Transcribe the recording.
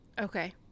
Okay